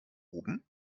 oben